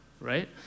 right